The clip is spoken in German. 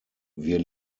wir